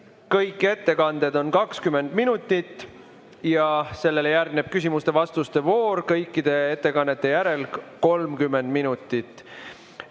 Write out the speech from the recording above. kõik ettekanded on 20 minutit ja sellele järgneb küsimuste-vastuste voor kõikide ettekannete järel 30 minutit.